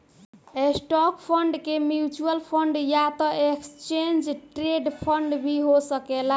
stock fund के mutual fund या त एक्सचेंज ट्रेड फंड भी हो सकेला